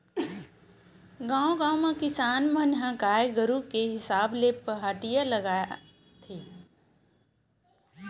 गाँव गाँव म किसान मन ह गाय गरु के हिसाब ले पहाटिया लगाथे